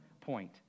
point